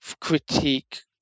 critique